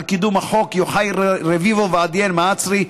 יוחאי רביבו ועדיאל מהצרי,